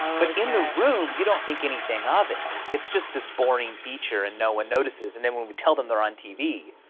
um but in the room, you don't think anything of it. it's just this boring feature, and no one notices. and then when we tell them, they're on tv,